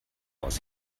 aus